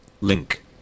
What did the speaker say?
Link